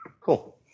Cool